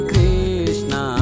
Krishna